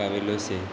काविल्लोसीं